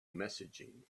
messaging